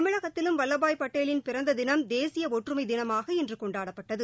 தமிழகத்திலும் வல்லபாய் பட்டேலின் பிறந்த தினம் தேசிய ஒற்றுமை தினமாக இன்று கொண்டாடப்பட்டது